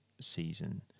season